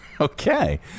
Okay